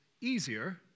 easier